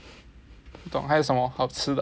不懂还有是什么好吃的